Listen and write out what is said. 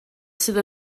sydd